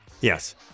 yes